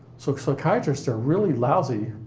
so psychiatrists are really lousy